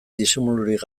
disimulurik